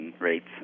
rates